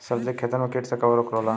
सब्जी के खेतन में कीट से कवन रोग होला?